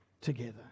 together